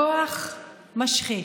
כוח משחית.